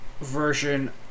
version